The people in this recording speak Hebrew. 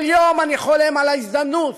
כל יום אני חולם על ההזדמנות